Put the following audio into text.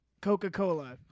Coca-Cola